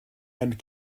and